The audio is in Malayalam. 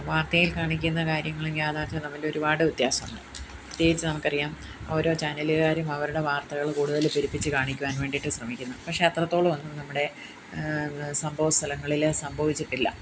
വാർത്തയിൽ കാണിക്കുന്ന കാര്യങ്ങളും യാഥാർത്ഥ്യവും തമ്മിൽ ഒരുപാട് വ്യത്യാസമുണ്ട് പ്രത്യേകിച്ച് നമുക്കറിയാം ഓരോ ചാനലുകാരും അവരുടെ വാർത്തകൾ കൂടുതൽ പെരുപ്പിച്ച് കാണിക്കുവാൻ വേണ്ടിയിട്ട് ശ്രമിക്കുന്നു പക്ഷേ അത്രത്തോളം ഒന്നും നമ്മുടെ സംഭവസ്ഥലങ്ങളിൽ സംഭവിച്ചിട്ടില്ല